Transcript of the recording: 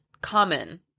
common